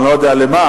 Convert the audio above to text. אני לא יודע למה,